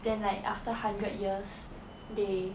then like after hundred years they